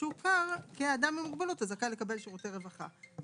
שהוכר כאדם עם מוגבלות הזכאי לקבל שירותי רווחה.